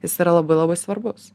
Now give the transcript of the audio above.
jis yra labai labai svarbus